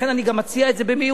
לכן אני גם מציע את זה במהירות.